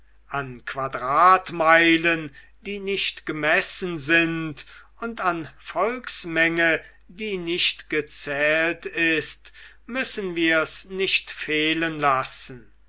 an quadratmeilen die nicht gemessen sind und an volksmenge die nicht gezählt ist müssen wir's nicht fehlen lassen